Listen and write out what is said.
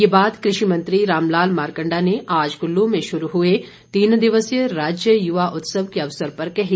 ये बात कृषि मंत्री रामलाल मारकंडा ने आज कुल्लू में शुरू हुए तीन दिवसीय राज्य युवा उत्सव के अवसर पर कही